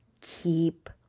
keep